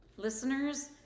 Listeners